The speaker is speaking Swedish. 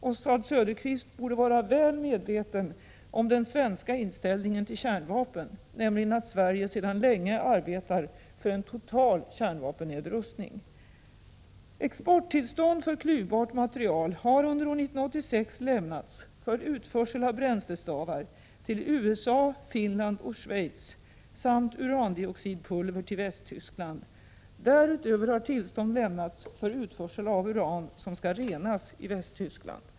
Oswald Söderqvist borde vara väl medveten om den svenska inställningen till kärnvapen, nämligen att Sverige sedan länge arbetar för en total kärnvapennedrustning. Exporttillstånd för klyvbart material har under år 1986 lämnats för utförsel av bränslestavar till USA, Finland och Schweiz samt urandioxidpulver till Västtyskland. Därutöver har tillstånd lämnats för utförsel av uran som skall renas i Västtyskland.